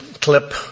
clip